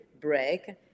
break